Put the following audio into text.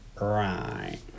right